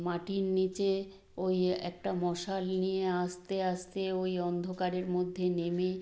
মাটির নিচে ওই একটা মশাল নিয়ে আস্তে আস্তে ওই অন্ধকারের মধ্যে নেমে